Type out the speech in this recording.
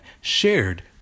shared